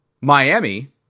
Miami